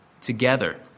together